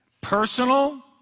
personal